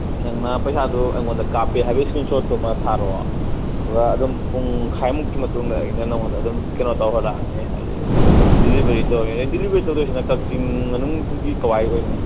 ꯅꯪꯅ ꯄꯩꯁꯥꯗꯨ ꯑꯩꯉꯣꯟꯗ ꯀꯥꯞꯄꯦ ꯍꯥꯏꯕꯒꯤ ꯁ꯭ꯀꯔꯤꯟ ꯁꯣꯠꯇꯨꯃ ꯊꯥꯔꯛꯑꯣ ꯑꯗꯨꯒ ꯑꯗꯨꯝ ꯄꯨꯡꯈꯥꯏꯃꯨꯛꯀꯤ ꯃꯇꯨꯡꯗ ꯑꯩꯅ ꯅꯉꯣꯟꯗ ꯑꯗꯨꯝ ꯀꯩꯅꯣ ꯇꯧꯍꯜꯂꯛꯑꯅꯦ ꯑꯩ ꯗꯦꯂꯤꯚꯔꯤ ꯇꯧꯔꯅꯤ ꯗꯦꯂꯤꯚꯔꯤ ꯇꯧꯗꯣꯏꯁꯤꯅ ꯀꯛꯆꯤꯡ ꯃꯅꯨꯡꯒꯤ ꯀꯋꯥꯏ ꯑꯣꯏꯅꯤ